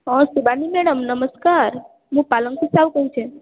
ହଁ ଶିବାନୀ ମ୍ୟାଡ଼ାମ୍ ନମସ୍କାର ମୁଁ ପାଲଙ୍କି ସାହୁ କହୁଛେଁ